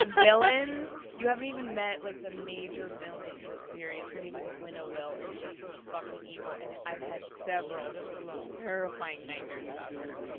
ah villains. you haven't even met like the major villain in the series. her name is winnowill, and she's fucking evil, and i've had several terrifying nightmares about her.